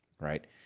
right